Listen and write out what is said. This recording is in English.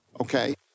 Okay